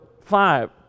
five